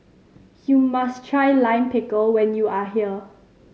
you must try Lime Pickle when you are here